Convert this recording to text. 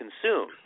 consume